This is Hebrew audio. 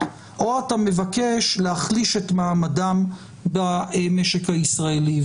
או שאתה מבקש להחליש את מעמדם במשק הישראלי?